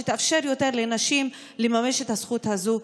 ויאפשר ליותר נשים לממש את הזכות הזו.